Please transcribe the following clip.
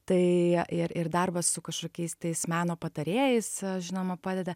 tai ir ir darbas su kažkokiais tais meno patarėjais žinoma padeda